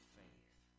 faith